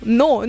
no